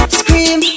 scream